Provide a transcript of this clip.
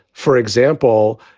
for example,